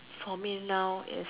for me now is